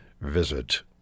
visit